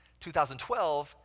2012